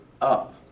up